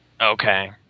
okay